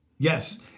Yes